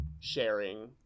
sharing